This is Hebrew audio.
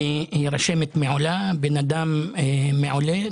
היא רשמת מעולה, בן אדם מעולה.